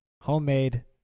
Homemade